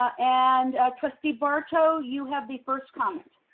ah and trustee barto, you have the first comment.